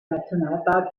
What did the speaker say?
nationalpark